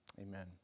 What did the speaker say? Amen